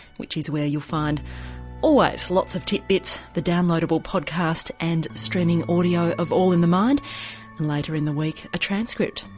which is where you'll find always lots of tit bits, the downloadable podcast and streaming audio of all in the mind and later in the week a transcript.